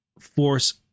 force